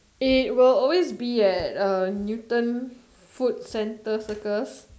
it will always be at uh Newton food center circus